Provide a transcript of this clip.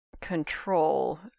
control